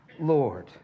Lord